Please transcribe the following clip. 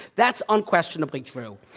that's unquestionably true.